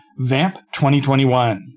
VAMP2021